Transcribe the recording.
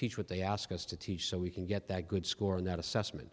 teach what they ask us to teach so we can get that good score in that assessment